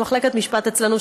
ומחלקת משפט אצלנו,